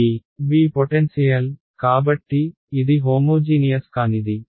V potential కాబట్టి ఇది homogeneous కానిది